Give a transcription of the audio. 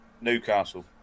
Newcastle